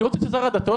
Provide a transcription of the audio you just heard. אני רוצה ששר הדתות,